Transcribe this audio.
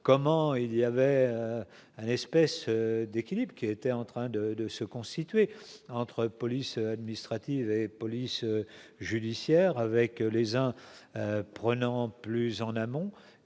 comment il y avait un espèce d'équilibre qui était en train de de se constituer entre police administrative et police judiciaire avec les en prenant plus en amont